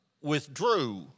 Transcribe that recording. withdrew